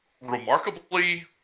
remarkably